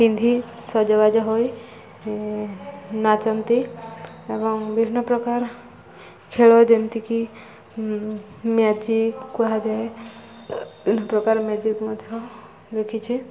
ପିନ୍ଧି ସଜବାଜ ହୋଇ ନାଚନ୍ତି ଏବଂ ବିଭିନ୍ନ ପ୍ରକାର ଖେଳ ଯେମିତିକି ମ୍ୟାଜିକ୍ କୁହାଯାଏ ବିଭିନ୍ନ ପ୍ରକାର ମ୍ୟାଜିକ୍ ମଧ୍ୟ ଦେଖିଛି